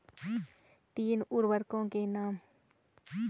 तीन उर्वरकों के नाम?